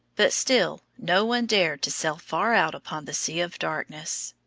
but still no one dared to sail far out upon the sea of darkness.